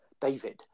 David